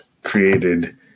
Created